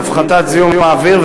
להפחתת זיהום האוויר,